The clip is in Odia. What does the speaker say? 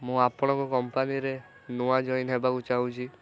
ମୁଁ ଆପଣଙ୍କ କମ୍ପାନୀରେ ନୂଆ ଜଏନ୍ ହେବାକୁ ଚାହୁଁଛି